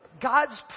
God's